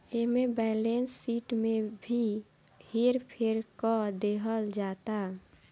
एमे balance sheet में भी हेर फेर क देहल जाता